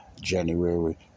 January